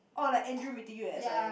oh like Andrew meeting you at S_I_M